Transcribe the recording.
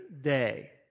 day